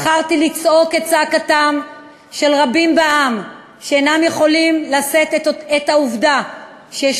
בחרתי לצעוק את צעקתם של רבים בעם שאינם יכולים לשאת את העובדה שיש